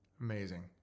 Amazing